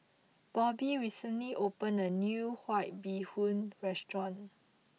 Bobbi recently opened a new White Bee Hoon restaurant